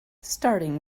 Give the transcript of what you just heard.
starting